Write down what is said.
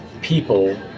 people